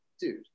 Dude